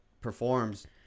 performs